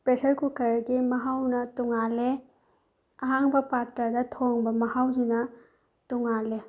pressure ꯀꯨꯀꯔꯒꯤ ꯃꯍꯥꯎꯅ ꯇꯣꯡꯉꯥꯜꯂꯦ ꯑꯍꯥꯡꯕ ꯄꯥꯇ꯭ꯔꯗ ꯊꯣꯡꯕ ꯃꯍꯥꯎꯁꯤꯅ ꯇꯣꯡꯉꯥꯜꯂꯦ